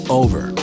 over